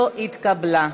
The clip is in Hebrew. לא התקבלה.